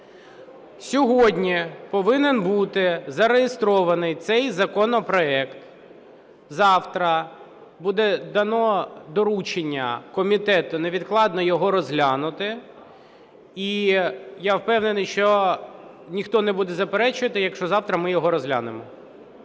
Сьогодні повинен бути зареєстрований цей законопроект. Завтра буде дано доручення комітету невідкладно його розглянути, і я впевнений, що ніхто не буде заперечувати, якщо завтра ми його розглянемо.